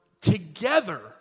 together